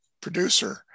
producer